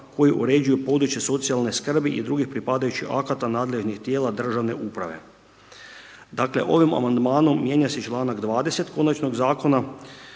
koji uređuju i područje socijalne skrbi i drugih pripadajućih akata nadležnih tijela državne uprave. Dakle ovim amandmanom mijenja se i članak 20. konačnog zakona